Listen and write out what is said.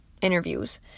interviews